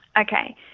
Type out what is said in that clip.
Okay